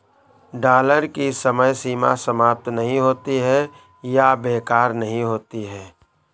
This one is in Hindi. डॉलर की समय सीमा समाप्त नहीं होती है या बेकार नहीं होती है